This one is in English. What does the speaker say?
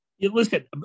Listen